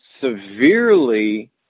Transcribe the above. severely